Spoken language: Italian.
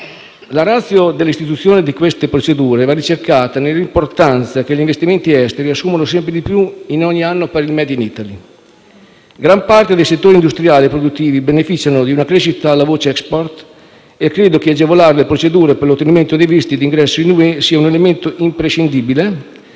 La *ratio* dell'istituzione di questo elenco va ricercata nell'importanza che gli investimenti esteri assumono sempre di più ogni anno per il *made in Italy*. Gran parte dei settori industriali e produttivi beneficiano di una crescita alla voce *export* e credo che agevolare le procedure per l'ottenimento dei visti di ingresso in UE sia un elemento imprescindibile